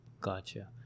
Gotcha